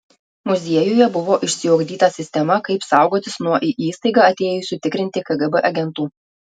muziejuje buvo išsiugdyta sistema kaip saugotis nuo į įstaigą atėjusių tikrinti kgb agentų